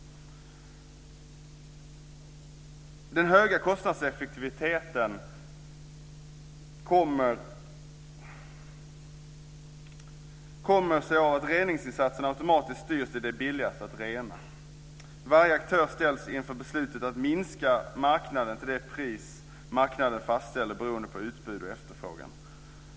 Den höga kostnadseffektiviteten kommer sig av att reningsinsatserna automatiskt styrs dit det är billigast att rena. Varje aktör ställs inför beslutet att minska sina utsläpp genom ytterligare rening eller att köpa rätten på marknaden till det pris marknaden fastställer beroende på utbud och efterfrågan.